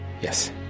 Yes